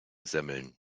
semmeln